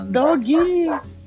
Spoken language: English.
doggies